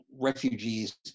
refugees